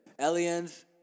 aliens